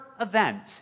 event